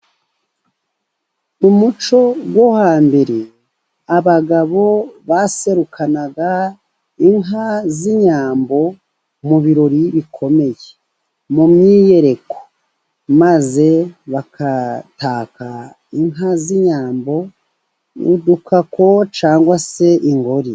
Umuco wo hambere abagabo baserukanaga inka z'inyambo mu birori bikomeye, mu myiyereko maze bakataka inka z'inyambo n'udutako cyangwa se ingori.